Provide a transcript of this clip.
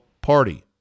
party